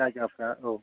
जायगाफ्रा औ